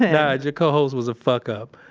ah yeah your co-host was a fuck-up.